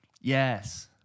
Yes